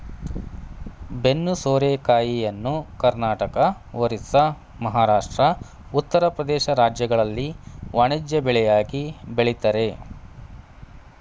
ಬೆನ್ನು ಸೋರೆಕಾಯಿಯನ್ನು ಕರ್ನಾಟಕ, ಒರಿಸ್ಸಾ, ಮಹಾರಾಷ್ಟ್ರ, ಉತ್ತರ ಪ್ರದೇಶ ರಾಜ್ಯಗಳಲ್ಲಿ ವಾಣಿಜ್ಯ ಬೆಳೆಯಾಗಿ ಬೆಳಿತರೆ